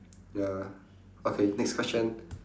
ya okay next question